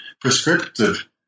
prescriptive